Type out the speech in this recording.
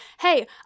hey